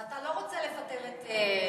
אז אתה לא רוצה לפטר את העובדים.